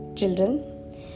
children